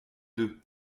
deux